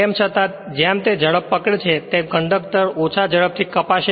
તેમ છતાં જેમ તે ઝડપ પકડે છે તેમ કંડક્ટર ઓછા ઝડપથી કપાશે